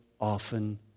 often